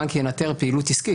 שהבנק ינטר פעילות עסקית.